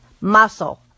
muscle